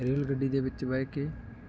rail ਗੱਡੀ ਦੇ ਵਿੱਚ ਬਹਿ ਕੇ